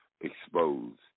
exposed